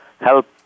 help